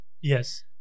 Yes